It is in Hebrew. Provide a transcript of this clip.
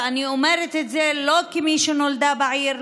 ואני אומרת את זה לא כמי שנולדה בעיר,